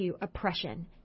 oppression